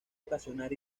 ocasionar